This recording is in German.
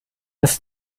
das